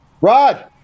Rod